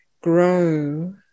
grow